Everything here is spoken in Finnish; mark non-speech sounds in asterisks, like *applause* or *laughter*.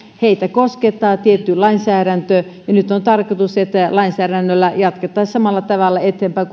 heitä koskettaa tietty lainsäädäntö ja nyt on tarkoitus että lainsäädännöllä jatkettaisiin samalla tavalla eteenpäin *unintelligible*